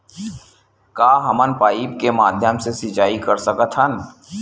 का हमन पाइप के माध्यम से सिंचाई कर सकथन?